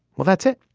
well that's it.